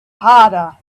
harder